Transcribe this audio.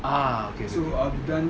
ah okay okay